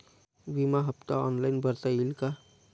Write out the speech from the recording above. विमा हफ्ता ऑनलाईन भरता येईल का?